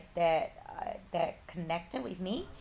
that that connected with me